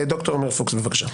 ד"ר עמיר פוקס, בבקשה.